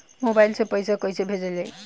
Mobile से पैसा कैसे भेजल जाइ?